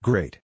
Great